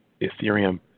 Ethereum